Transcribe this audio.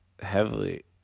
heavily